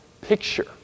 picture